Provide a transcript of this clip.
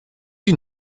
die